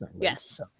yes